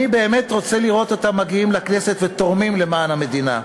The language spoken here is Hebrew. אני באמת רוצה לראות אותם מגיעים לכנסת ותורמים למען המדינה,